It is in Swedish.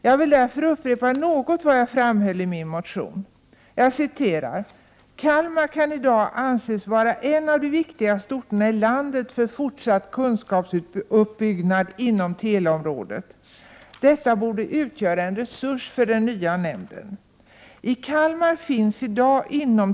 Jag vill därför upprepa något av vad jag framhöll i min motion: ”Kalmar kan i dag anses vara en av de viktigaste orterna i landet för fortsatt kunskapsuppbyggnad inom teleområdet. Detta borde utgöra en resurs för den nya nämnden.